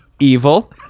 Evil